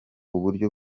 uburyo